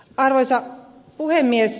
arvoisa puhemies